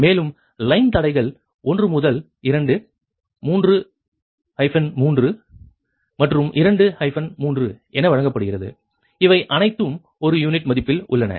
மேலும் லைன் தடைகள் 1 முதல் 2 1 3 மற்றும் 2 3 என வழங்கப்படுகிறது இவை அனைத்தும் ஒரு யூனிட் மதிப்பில் உள்ளன